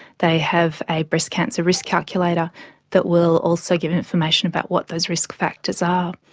they have a breast cancer risk calculator that will also give information about what those risk factors are.